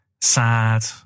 sad